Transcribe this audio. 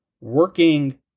working